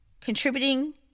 contributing